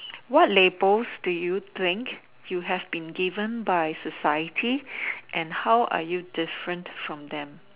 what labels do you think you have been given by society and how are you different from them